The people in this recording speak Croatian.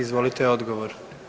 Izvolite odgovor.